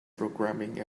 programming